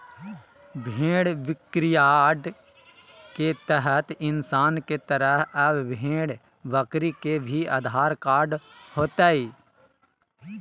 भेड़ बिक्रीयार्ड के तहत इंसान के तरह अब भेड़ बकरी के भी आधार कार्ड होतय